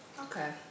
Okay